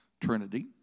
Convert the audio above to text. Trinity